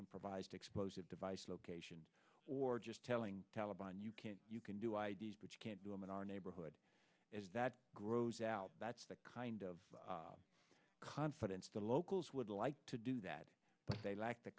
improvised explosive device location or just telling taliban you can you can do i d s but you can't do them in our neighborhood is that grows out that's the kind of confidence the locals would like to do that but they lack the